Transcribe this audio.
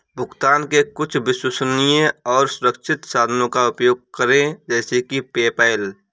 भुगतान के कुछ विश्वसनीय और सुरक्षित साधनों का उपयोग करें जैसे कि पेपैल